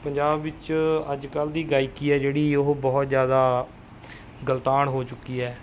ਪੰਜਾਬ ਵਿੱਚ ਅੱਜ ਕੱਲ੍ਹ ਦੀ ਗਾਇਕੀ ਹੈ ਜਿਹੜੀ ਉਹ ਬਹੁਤ ਜ਼ਿਆਦਾ ਗਲਤਾਨ ਹੋ ਚੁੱਕੀ ਹੈ